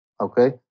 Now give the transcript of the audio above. okay